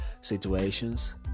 Situations